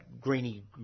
greeny